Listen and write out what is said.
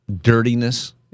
dirtiness